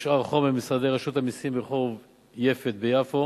הושאר חומר במשרדי רשות המסים ברחוב יפת ביפו,